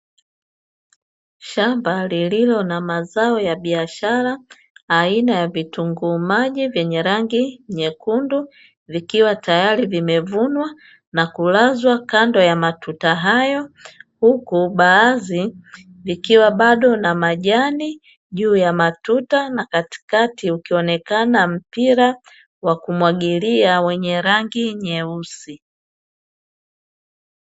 Shamba lililo na mazao ya biashara aina ya vitunguu maji vyenye rangi nyekundu, vikiwa tayari vimevunwa na kulazwa kando ya matuta hayo, huku baadhi vikiwa bado na majani juu ya matuta na katikati ukionekana mpira wa kumwagilia wenye rangi nyeusi.